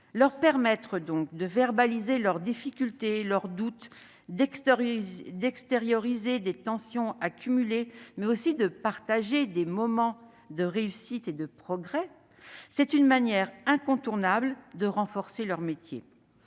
ont besoin d'aide, de verbaliser leurs difficultés, leurs doutes, d'extérioriser les tensions accumulées, mais aussi de partager des moments de réussite et de progrès, est une manière incontournable de valoriser leur métier.